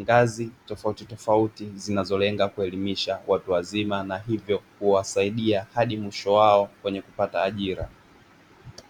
ngazi tofauti tofauti zinazolenga kuelimisha watu wazima na hivyo kuwasaidia hadi mwisho wao kwenye kupata ajira.